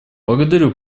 благодарю